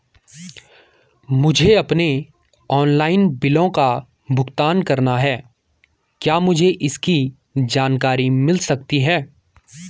मुझे अपने ऑनलाइन बिलों का भुगतान करना है क्या मुझे इसकी जानकारी मिल सकती है?